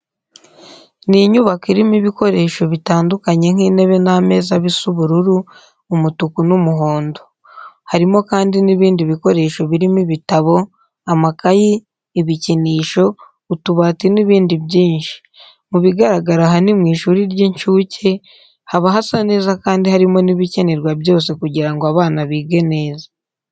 Ni inyubako irimo ibikoresho bitandukanye nk'intebe n'ameza bisa ubururu, umutuku n'umuhondo. Harimo kandi n'ibindi bikoresho birimo ibitabo, amakayi, ibikinisho, utubati n'ibindi byinshi. Mu bigaragara aha ni mu ishuri ry'incuke, haba hasa neza kandi harimo n'ibikenerwa byose kugira ngo abana bige neza.